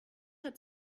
hat